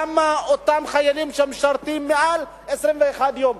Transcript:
למה לא אותם חיילים שמשרתים מעל 21 יום?